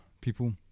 people